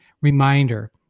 reminder